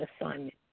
assignment